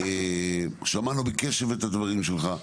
שמענו בקשב את הדברים שלך.